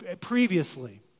previously